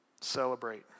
celebrate